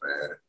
man